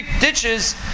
ditches